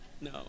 no